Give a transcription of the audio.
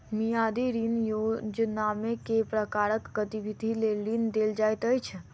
मियादी ऋण योजनामे केँ प्रकारक गतिविधि लेल ऋण देल जाइत अछि